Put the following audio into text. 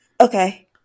okay